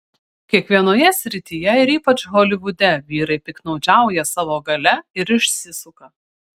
kiekvienoje srityje ir ypač holivude vyrai piktnaudžiauja savo galia ir išsisuka